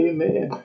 Amen